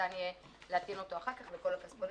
וניתן יהיה להטעין אותו אחר כך בכל הכספונטים,